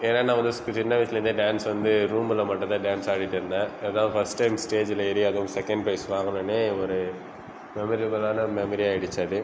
ஏன்னால் நான் ஒரு சின்ன வயசில் இருந்தே டான்ஸ் வந்து ரூமில் மட்டும் தான் டான்ஸ் ஆடிகிட்டு இருந்தேன் இதுதான் ஃபர்ஸ்ட் டைம் ஸ்டேஜில் ஏறி அதுவும் செகண்ட் ப்ரைஸ் வாங்குனோனே ஒரு மெமரபிலான மெமரி ஆகிடுச்சு அது